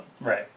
Right